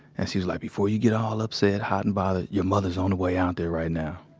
and she's like, before you get all upset, hot and bothered, your mother's on the way out there right now.